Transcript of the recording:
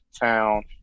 town